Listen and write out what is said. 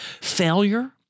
failure